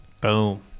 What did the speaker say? boom